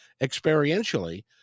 experientially